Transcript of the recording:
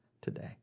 today